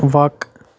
وَق